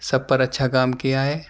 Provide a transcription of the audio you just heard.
سب پر اچھا کام کیا ہے